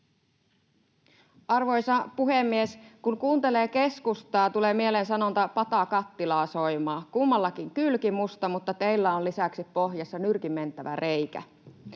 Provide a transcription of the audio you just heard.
Arvoisa puhemies! Kun kuuntelee keskustaa, tulee mieleen sanonta ”pata kattilaa soimaa, kummallakin kylki musta”, mutta teillä on lisäksi pohjassa nyrkin mentävä reikä.